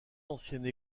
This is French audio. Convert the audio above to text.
ancienne